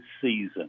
season